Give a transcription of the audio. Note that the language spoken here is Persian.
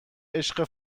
عشق